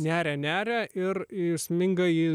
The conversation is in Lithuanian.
neria neria ir įsminga į